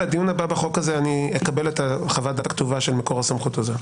לדיון הבא בחוק הזה אקבל חוות דעת כתובה של מקור הסמכות הזה,